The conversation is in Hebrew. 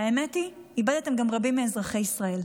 והאמת היא, איבדתם גם רבים מאזרחי ישראל.